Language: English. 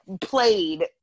played